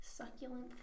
Succulent